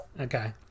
Okay